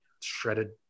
shredded